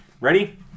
ready